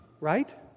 right